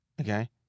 Okay